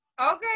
Okay